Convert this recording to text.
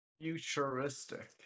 Futuristic